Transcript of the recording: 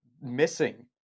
missing